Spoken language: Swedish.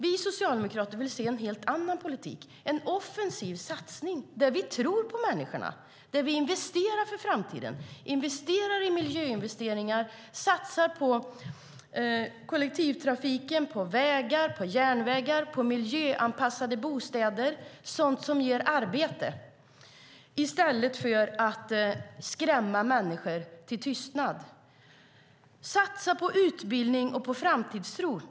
Vi socialdemokrater vill se en helt annan politik, en offensiv satsning där vi tror på människorna, investerar för framtiden, investerar i miljö, satsar på kollektivtrafiken på vägar och järnvägar samt satsar på miljöanpassade bostäder. Det är sådant som ger arbete - i stället för att skrämma människor till tystnad. Satsa på utbildning och framtidstro.